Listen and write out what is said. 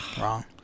Wrong